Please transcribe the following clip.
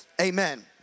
amen